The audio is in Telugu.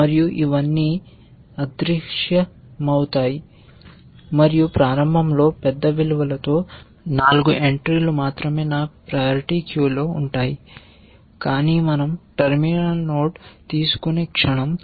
మరియు ఇవన్నీ అదృశ్యమవుతాయి మరియు ప్రారంభంలో పెద్ద విలువలతో 4 ఎంట్రీలు మాత్రమే నా పారిటీ క్యూలో ఉంటాయి కాని మనం టెర్మినల్ నోడ్ తీసుకునే క్షణం